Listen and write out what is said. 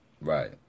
right